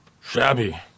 Shabby